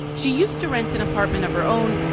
she used to rent an apartment of her own.